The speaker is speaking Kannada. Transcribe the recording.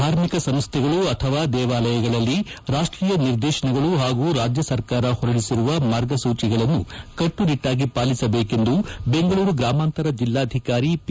ಧಾರ್ಮಿಕ ಸಂಸ್ದೆಗಳು ಅಥವಾ ದೇವಾಲಯಗಳಲ್ಲಿ ರಾಷ್ವೀಯ ನಿರ್ದೇಶನಗಳು ಹಾಗೂ ರಾಜ್ಯ ಸರ್ಕಾರ ಹೊರಡಿಸಿರುವ ಮಾರ್ಗಸೂಚಿಗಳನ್ನು ಕಟ್ಟುನಿಟ್ಟಾಗಿ ಪಾಲಿಸಬೇಕೆಂದು ಬೆಂಗಳೂರು ಗ್ರಾಮಾಂತರ ಜಿಲ್ಲಾಧಿಕಾರಿ ಪಿ